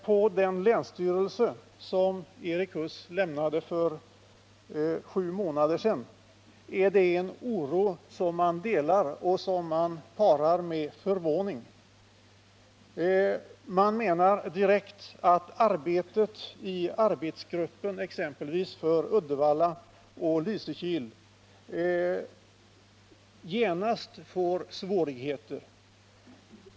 På den länsstyrelse som Erik Huss lämnade för sju månader sedan delar man denna oro och talar om förhållandena med förvåning. Man menar att arbetet i arbetsgruppen, exempelvis för Uddevalla och Lysekil, genast kommer att möta svårigheter.